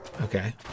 Okay